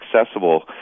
accessible